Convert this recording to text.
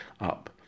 up